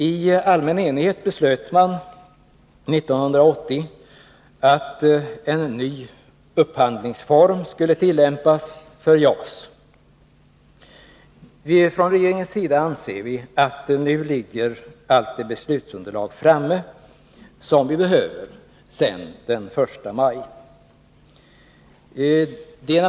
I allmän enighet beslöts det 1980 att en ny upphandlings Från regeringens sida anser vi att nu, sedan den 1 maj, allt det beslutsunderlag som behövs föreligger.